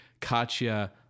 Katya